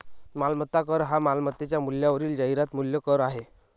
मालमत्ता कर हा मालमत्तेच्या मूल्यावरील जाहिरात मूल्य कर आहे